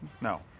no